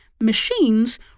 machines